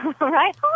Right